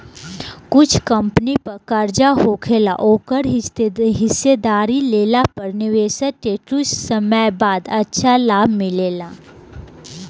कुछ कंपनी पर कर्जा होखेला ओकर हिस्सेदारी लेला पर निवेशक के कुछ समय बाद अच्छा लाभ मिलेला